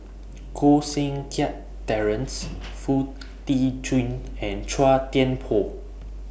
Koh Seng Kiat Terence Foo Tee Jun and Chua Thian Poh